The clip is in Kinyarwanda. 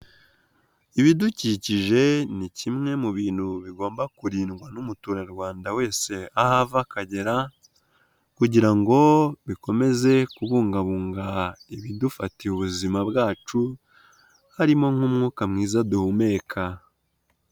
Ibidukikije ni kimwe mu bintu bigomba kurindwa n'umuturarwanda wese aha ava akagera, kugira ngo bikomeze kubungabunga ibidufatiye ubuzima bwacu, harimo nk'umwuka mwiza duhumeka.